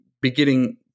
beginning